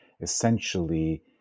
essentially